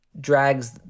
drags